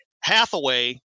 Hathaway